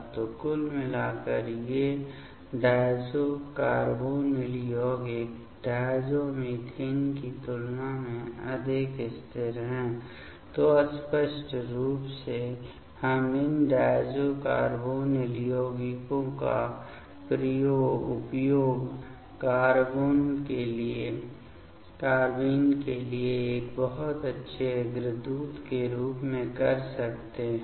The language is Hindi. तो कुल मिलाकर ये डायज़ो कार्बोनिल यौगिक डायज़ोमीथेन की तुलना में अधिक स्थिर हैं तो स्पष्ट रूप से हम इन डायज़ो कार्बोनिल यौगिकों का उपयोग कार्बेन के लिए एक बहुत अच्छे अग्रदूत के रूप में कर सकते हैं